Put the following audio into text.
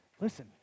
Listen